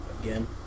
again